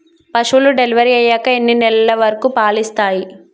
పశువులు డెలివరీ అయ్యాక ఎన్ని నెలల వరకు పాలు ఇస్తాయి?